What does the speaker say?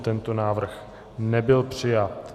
Tento návrh nebyl přijat.